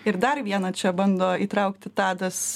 ir dar vieną čia bando įtraukti tadas